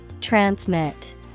Transmit